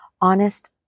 honest